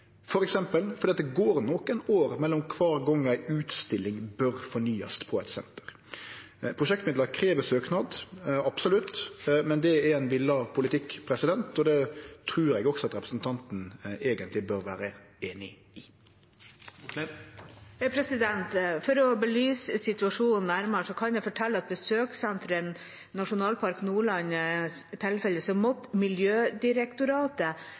går nokre år mellom kvar gong ei utstilling bør fornyast på eit senter. Prosjektmidlar krev søknad – absolutt – men det er ein villa politikk. Det trur eg representanten eigentleg bør vere einig i. For å belyse situasjonen nærmere kan jeg fortelle at i Besøkssenter nasjonalpark Nordlands tilfelle måtte Miljødirektoratet behandle 36 søknader for å opprettholde den aktiviteten som